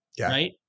right